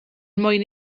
mwyn